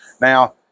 Now